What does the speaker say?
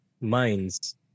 minds